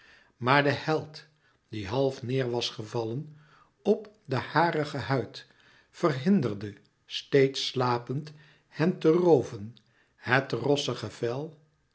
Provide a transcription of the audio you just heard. maar de held die half neêr was gevallen op den harigen huid verhinderde steeds slapend hen te rooven het rossige vel